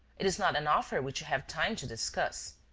it is not an offer which you have time to discuss,